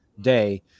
day